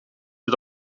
het